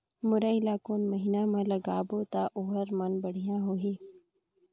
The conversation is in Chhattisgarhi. मुरई ला कोन महीना मा लगाबो ता ओहार मान बेडिया होही?